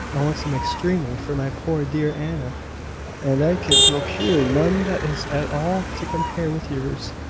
i want some extremely for my poor dear anna and i can procure none that is at all to compare with yours.